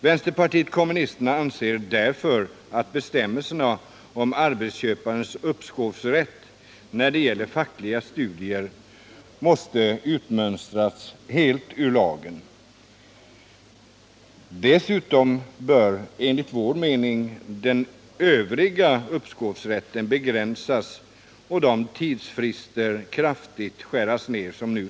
Vänsterpartiet kommunisterna anser därför att bestämmelserna om arbetsköparnas uppskovsrätt när det gäller fackliga studier måste utmönstras helt ur lagen. Dessutom bör enligt vår mening den övriga uppskovsrätten begränsas och de nuvarande tidsfristerna kraftigt skäras ned.